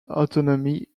autonomy